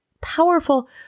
Powerful